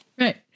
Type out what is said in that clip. Right